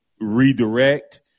redirect